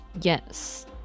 Yes